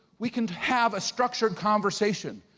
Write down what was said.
we can have a structured conversation,